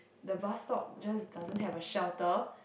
the bus stop just doesn't have a shelter